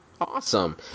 Awesome